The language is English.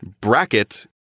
Bracket